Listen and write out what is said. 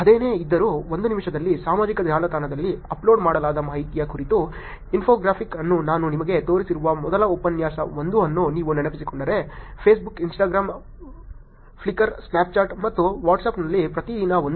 ಅದೇನೇ ಇದ್ದರೂ 1 ನಿಮಿಷದಲ್ಲಿ ಸಾಮಾಜಿಕ ಜಾಲತಾಣಗಳಲ್ಲಿ ಅಪ್ಲೋಡ್ ಮಾಡಲಾದ ಮಾಹಿತಿಯ ಕುರಿತು ಇನ್ಫೋಗ್ರಾಫಿಕ್ ಅನ್ನು ನಾನು ನಿಮಗೆ ತೋರಿಸಿರುವ ಮೊದಲ ಉಪನ್ಯಾಸ 1 ಅನ್ನು ನೀವು ನೆನಪಿಸಿಕೊಂಡರೆ ಫೇಸ್ಬುಕ್ ಇನ್ಸ್ಟಾಗ್ರಾಮ್ ಫ್ಲಿಕರ್ ಸ್ನ್ಯಾಪ್ಚಾಟ್ ಮತ್ತು ವಾಟ್ಸಾಪ್ನಲ್ಲಿ ಪ್ರತಿದಿನ 1